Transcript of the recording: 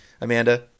Amanda